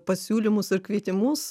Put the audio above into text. pasiūlymus ir kvietimus